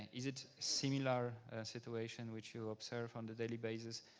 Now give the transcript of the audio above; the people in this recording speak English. is it similar situation which you observe on the daily basis?